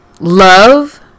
Love